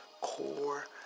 Core